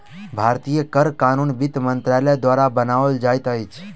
भारतीय कर कानून वित्त मंत्रालय द्वारा बनाओल जाइत अछि